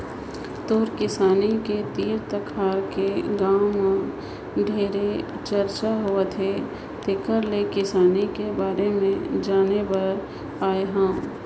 तोर किसानी के तीर तखार के गांव में ढेरे चरचा होवथे तेकर ले किसानी के बारे में जाने बर आये हंव